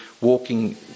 walking